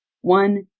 one